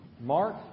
Mark